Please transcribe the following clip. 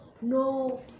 no